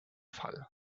fall